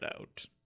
out